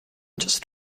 just